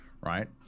right